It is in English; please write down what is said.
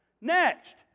Next